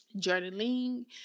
journaling